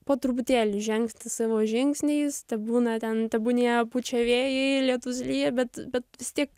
po truputėlį žengti savo žingsniais tebūna ten tebūnie pučia vėjai lietus lyja bet bet vis tiek